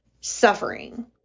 suffering